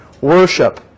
worship